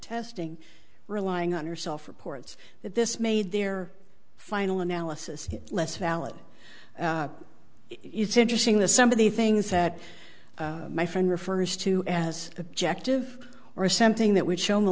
testing relying on herself reports that this made their final analysis less valid it's interesting that some of the things that my friend refers to as objective or something that would show